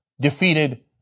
defeated